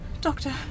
Doctor